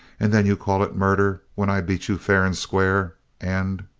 and then you call it murder when i beat you fair and square and